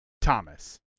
Thomas